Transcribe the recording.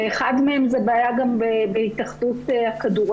בהם ואחד מהם זה היה גם בהתאחדות הכדורגל,